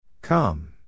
come